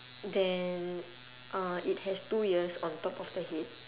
then uh it has two ears on top of the head